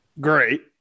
Great